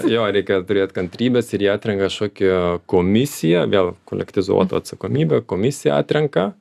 jo reikia turėt kantrybės ir jie atrenka kažkokią komisiją vėl kolektizuota atsakomybė komisiją atrenka